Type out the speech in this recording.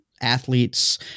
athletes